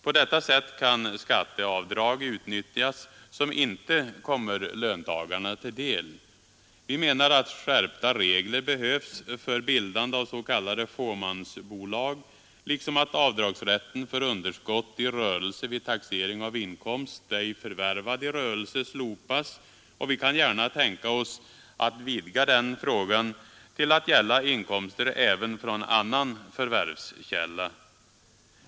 På detta sätt kan skatteavdrag utnyttjas som inte kommer löntagarna till del. Vi menar att skärpta regler behövs för bildande av s.k. fåmansbolag, liksom att avdragsrätten för underskott i rörelse vid taxering av inkomst, ej förvärvad i rörelse, slopas, och vi kan gärna tänka oss att vidga den frågan att gälla inkomster även från annan förvärvskälla.